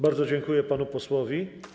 Bardzo dziękuję panu posłowi.